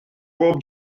bob